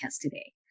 today